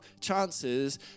chances